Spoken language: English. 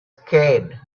scared